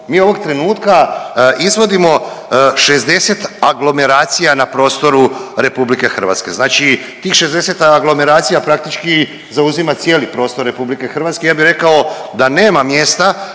Mi ovog trenutka izvodimo 60 aglomeracija na prostoru RH. Znači, tih 60 aglomeracija praktični zauzima cijeli prostor RH, ja bih rekao da nema mjesta